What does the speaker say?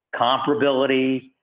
comparability